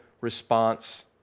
response